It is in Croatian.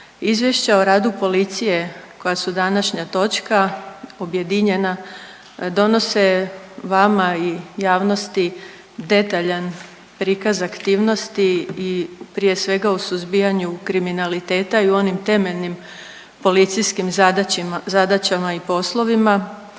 Izvješća o radu policije koja su današnja točka objedinjena donose vama i javnosti detaljan prikaz aktivnosti i prije svega u suzbijanju kriminaliteta i u onim temeljnim policijskim zadaćama i poslovima